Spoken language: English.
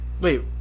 Wait